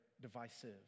divisive